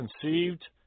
conceived